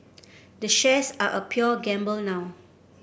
the shares are a pure gamble now